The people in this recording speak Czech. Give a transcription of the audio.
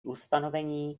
ustanovení